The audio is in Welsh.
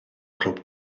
clwb